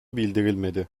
bildirilmedi